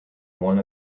one